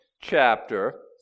chapter